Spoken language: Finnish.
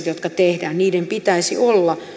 jotka tehdään pitäisi olla